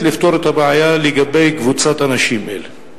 לפתור את הבעיה לגבי קבוצת אנשים אלה?